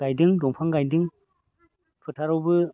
गायदों दंफां गायदों फोथारावबो